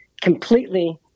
completely